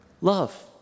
love